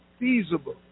feasible